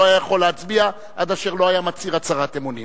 לא היה יכול להצביע עד אשר לא היה מצהיר הצהרת אמונים.